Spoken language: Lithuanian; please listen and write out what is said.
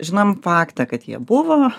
žinom faktą kad jie buvo